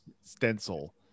stencil